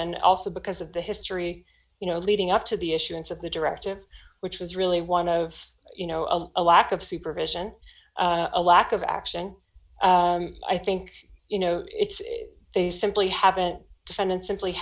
and also because of the history you know leading up to the issuance of the directive which was really one of you know of a lack of supervision a lack of action i think you know it's they simply haven't defined and simply